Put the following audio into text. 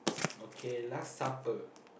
okay last supper